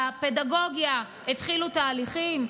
בפדגוגיה התחילו תהליכים,